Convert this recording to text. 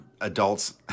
adults